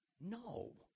No